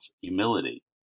humility